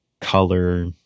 color